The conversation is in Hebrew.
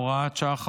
הוראת שעה,